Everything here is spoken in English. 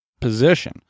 position